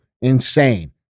insane